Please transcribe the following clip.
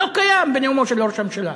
לא קיים בנאומו של ראש הממשלה.